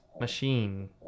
machine